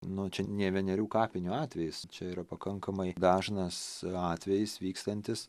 nu čia ne vienerių kapinių atvejis čia yra pakankamai dažnas atvejis vykstantis